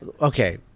Okay